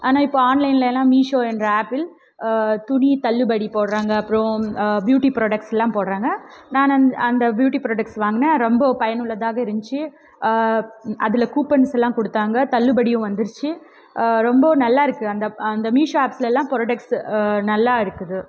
ஆனால் இப்போது ஆன்லைனில் எல்லாம் மீஷோ என்ற ஆப்பில் துணி தள்ளுபடி போடுறாங்க அப்புறம் பியூட்டி ப்ராடக்ஸ் எல்லாம் போடுறாங்க நான் அந்த பியூட்டி ப்ராடக்ஸ் வாங்கினேன் அது ரொம்ப பயனுள்ளதாக இருந்துச்சு அதில் கூப்பன்ஸ் எல்லாம் கொடுத்தாங்க தள்ளுபடியும் வந்துருச்சு ரொம்ப நல்லாயிருக்கு அந்த அந்த மீஷோ ஆப்ஸில் எல்லாம் ப்ரோடக்ஸ் நல்லாயிருக்குது